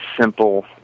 simple